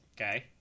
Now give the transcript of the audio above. Okay